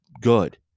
good